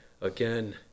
again